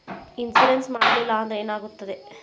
Insurance ಮಾಡಲಿಲ್ಲ ಅಂದ್ರೆ ಏನಾಗುತ್ತದೆ?